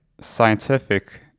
scientific